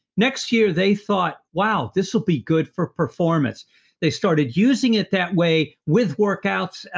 next year they thought, wow, this will be good for performance they started using it that way, with workouts,